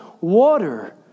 water